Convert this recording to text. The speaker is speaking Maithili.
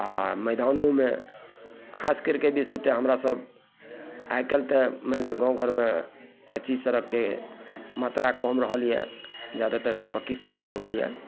आओर मैदानोमे खास करिके बेसी तऽ हमरासभ आइकाल्हि तऽ मानि ले गामघरमे कच्ची सड़कके मात्रा कम रहल यऽ जादातर तऽ पक्की सड़क भऽ गेल यऽ